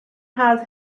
has